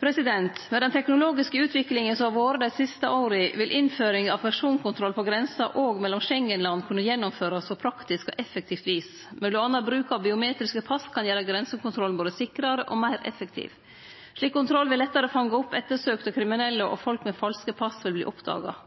Med den teknologiske utviklinga som har vore dei siste åra, vil innføring av personkontroll på grensa også mellom Schengen-land kunne gjennomførast på praktisk og effektivt vis. Mellom anna kan bruk av biometriske pass gjere grensekontrollen både sikrare og meir effektiv. Slik kontroll vil lettare fange opp ettersøkte kriminelle, og folk med falske pass vil